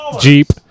Jeep